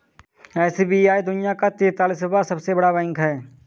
SBI दुनिया का तेंतालीसवां सबसे बड़ा बैंक है